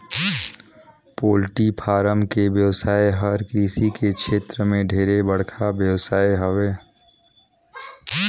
poultry farm के बेवसाय हर कृषि के छेत्र में ढेरे बड़खा बेवसाय हवे